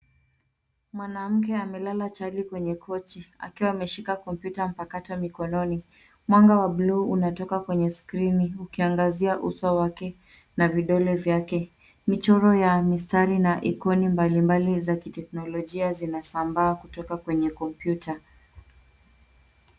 Mwanamke amelala chali kwenye kochi akiwa ameshika kompyuta mpakato mikononi. Mwanga wa buluu unatoka kwenye skrini, ukiangazia uso wake na vidole vyake. Michoro ya mistari na ikoni mbalimbali za kiteknolojia zinasambaa kutoka kwenye kompyuta.